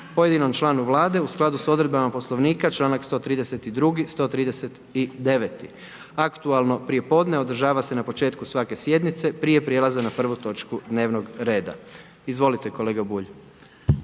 pojedinom članu vlade u skladu s odredbama poslovnika čl. 132., 139. aktualno prijepodne održava se na početku svake sjednice, prije prelaza na prvu točku dnevnog reda. Izvolite kolega Bulj.